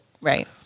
Right